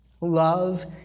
love